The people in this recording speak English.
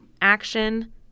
action